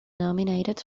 nominated